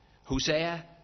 Hosea